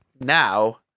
now